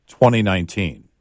2019